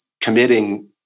committing